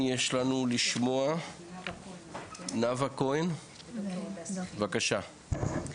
נאוה כהן, בבקשה.